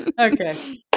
okay